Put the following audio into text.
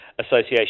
association